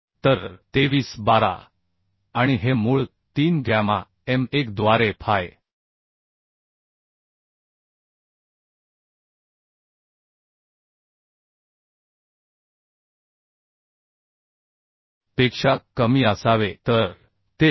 तर 23 12 आणि हे मूळ 3 गॅमा एम 1 द्वारे Fy पेक्षा कमी असावे तर ते 131